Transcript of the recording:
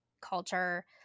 culture